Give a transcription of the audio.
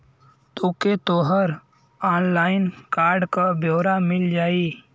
तोके तोहर online card क ब्योरा मिल जाई